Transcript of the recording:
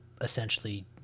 essentially